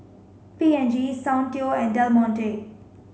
P and G Soundteoh and Del Monte